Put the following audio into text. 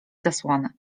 zasłony